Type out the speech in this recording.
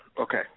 Okay